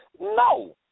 No